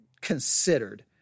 considered